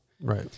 Right